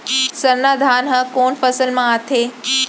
सरना धान ह कोन फसल में आथे?